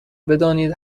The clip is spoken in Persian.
بدانید